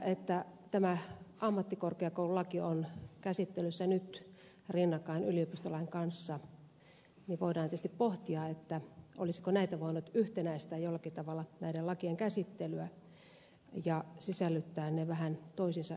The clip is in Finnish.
kun tämä ammattikorkeakoululaki on käsittelyssä nyt rinnakkain yliopistolain kanssa niin voidaan tietysti pohtia olisiko näiden lakien käsittelyä voinut yhtenäistää jollakin tavalla ja sisällyttää ne toisiinsa vähän enemmän